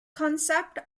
concept